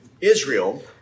Israel